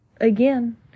again